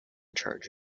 charge